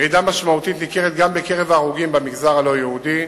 ירידה משמעותית ניכרת גם בקרב ההרוגים במגזר הלא-יהודי,